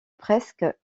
presque